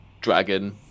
dragon